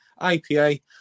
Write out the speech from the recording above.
IPA